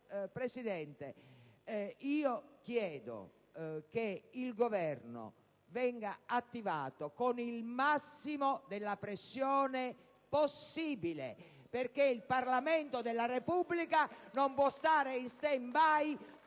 Chiedo pertanto che il Governo venga attivato con il massimo della pressione possibile, perché il Parlamento della Repubblica non può stare in *stand-by*